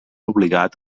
obligat